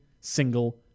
single